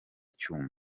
cyuma